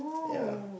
ya